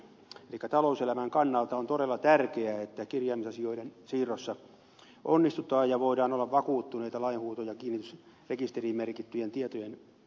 elikkä talouselämän kannalta on todella tärkeää että kirjaamisasioiden siirrossa onnistutaan ja voidaan olla vakuuttuneita lainhuuto ja kiinnitysrekisteriin merkittyjen tietojen luotettavuudesta